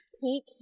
pink